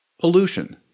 Pollution